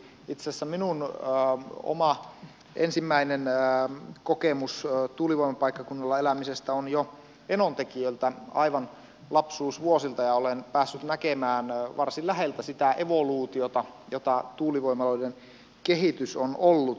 itse asiassa minun oma ensimmäinen kokemukseni tuulivoimapaikkakunnalla elämisestä on jo enontekiöltä aivan lapsuusvuosilta ja olen päässyt näkemään varsin läheltä sitä evoluutiota jota tuulivoimaloiden kehitys on ollut